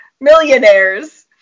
millionaires